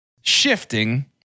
shifting